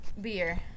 beer